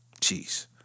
Jeez